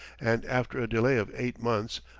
and after a delay of eight months,